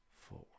four